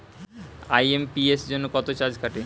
IMPS জন্য কত charge কাটে?